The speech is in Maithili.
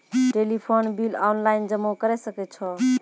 टेलीफोन बिल ऑनलाइन जमा करै सकै छौ?